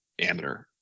amateur